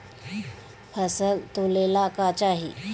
फसल तौले ला का चाही?